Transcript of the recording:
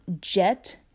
Jet